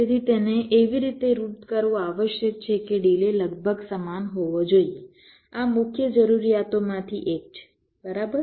તેથી તેને એવી રીતે રૂટ કરવું આવશ્યક છે કે ડિલે લગભગ સમાન હોવો જોઈએ આ મુખ્ય જરૂરિયાતોમાંથી એક છે બરાબર